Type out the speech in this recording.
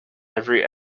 every